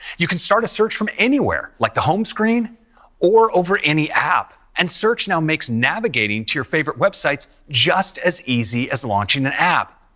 you can start a search from anywhere, like the home screen or over any app. and search now makes navigating to your favorite websites just as easy as launching the and app.